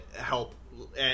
help